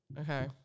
Okay